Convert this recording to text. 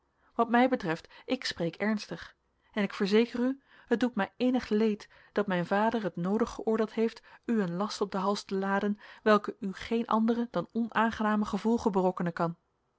wat mij betreft ik spreek ernstig en ik verzeker u het doet mij innig leed dat mijn vader het noodig geoordeeld heeft u een last op den hals te laden welke u geene andere dan onaangename gevolgen berokkenen kan